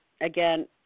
again